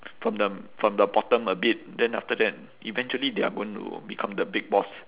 from the from the bottom a bit then after that eventually they are going to become the big boss